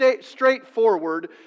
straightforward